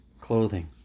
clothing